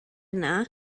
yna